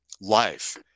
life